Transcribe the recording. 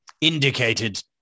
indicated